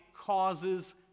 causes